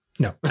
No